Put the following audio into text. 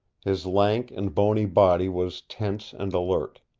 his lank and bony body was tense and alert.